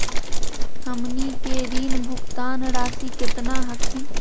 हमनी के ऋण भुगतान रासी केतना हखिन?